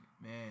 Man